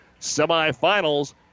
semifinals